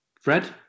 Fred